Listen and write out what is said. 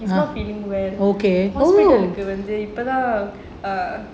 he's not feeling well hospital க்கு வந்து இப்பதான்:kku vanthu ippathaan